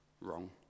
wrong